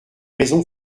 raison